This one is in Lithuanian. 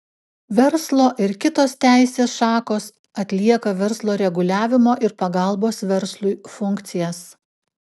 verslo ir kitos teisės šakos atlieka verslo reguliavimo ir pagalbos verslui funkcijas